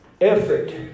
Effort